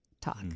talk